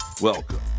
Welcome